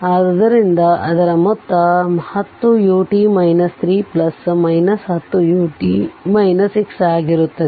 ಆದ್ದರಿಂದಅದರ ಮೊತ್ತ 10 ut 3 10 ut 6 ಆಗಿರುತ್ತದೆ